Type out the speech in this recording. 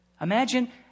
Imagine